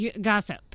gossip